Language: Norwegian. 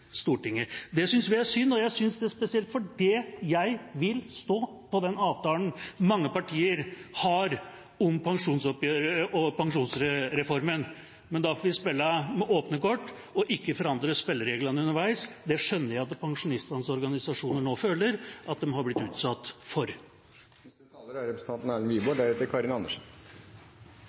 Stortinget. Det syns vi er synd, og jeg syns det spesielt fordi jeg vil stå ved den avtalen mange partier har om pensjonsoppgjøret og pensjonsreformen, men da får vi spille med åpne kort og ikke forandre spillereglene underveis. Det skjønner jeg at pensjonistenes organisasjoner føler at de nå har blitt utsatt for. Jeg skal ikke beskylde representanten Dag Terje Andersen